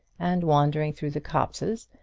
and wandering through the copses,